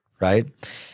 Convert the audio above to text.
right